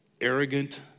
arrogant